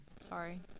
Sorry